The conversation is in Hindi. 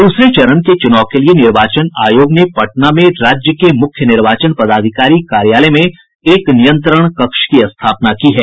दूसरे चरण के चुनाव के लिए निर्वाचन आयोग ने पटना में राज्य के मुख्य निर्वाचन पदाधिकारी कार्यालय में एक नियंत्रण कक्ष की स्थापना की है